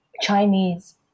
Chinese